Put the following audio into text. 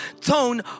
tone